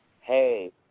hey